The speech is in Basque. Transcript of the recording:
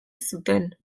zuten